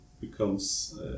becomes